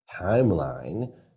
timeline